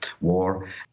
war